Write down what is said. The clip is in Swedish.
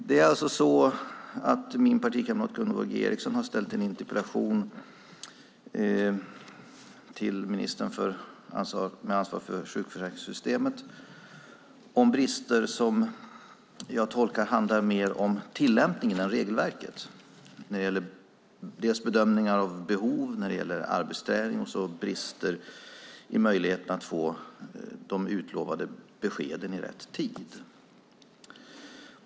Det är alltså så att min partikamrat Gunvor G Ericson har ställt en interpellation till ministern med ansvar för sjukförsäkringssystemet om brister som jag tolkar handlar mer om tillämpningen av regelverket när det gäller bedömningar av behov av arbetsträning och brister i möjligheten att få de utlovade beskeden i rätt tid.